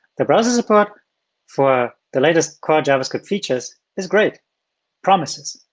the browser support for the latest core javascript features is great promises,